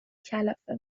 کلافه